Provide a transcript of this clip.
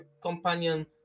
companion